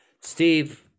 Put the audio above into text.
Steve